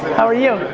how are you?